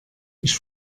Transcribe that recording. ich